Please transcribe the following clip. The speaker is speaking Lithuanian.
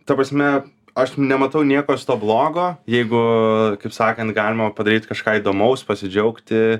ta prasme aš nematau nieko blogo jeigu kaip sakant galima padaryt kažką įdomaus pasidžiaugti